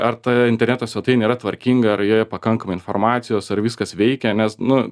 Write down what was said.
ar ta interneto svetainė yra tvarkinga ar joje pakankamai informacijos ar viskas veikia nes nu